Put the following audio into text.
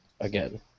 again